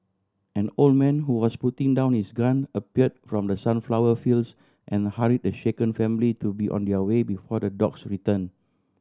an old man who was putting down his gun appeared from the sunflower fields and hurry the shaken family to be on their way before the dogs return